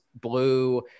blue